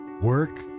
Work